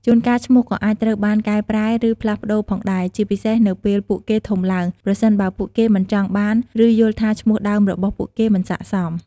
ជួនកាលឈ្មោះក៏អាចត្រូវបាន កែប្រែ ឬ ផ្លាស់ប្តូរផងដែរ ជាពិសេសនៅពេលពួកគេធំឡើង ប្រសិនបើពួកគេមិនចង់បាន ឬ យល់ថាឈ្មោះដើមរបស់ពួកគេមិនស័ក្តិសម។